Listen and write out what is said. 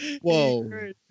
Whoa